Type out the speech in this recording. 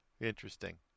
Interesting